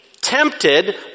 tempted